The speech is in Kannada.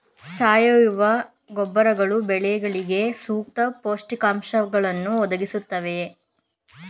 ಸಾವಯವ ಗೊಬ್ಬರಗಳು ಬೆಳೆಗಳಿಗೆ ಸೂಕ್ತ ಪೋಷಕಾಂಶಗಳನ್ನು ಒದಗಿಸುತ್ತವೆಯೇ?